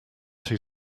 two